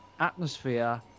atmosphere